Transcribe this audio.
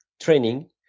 training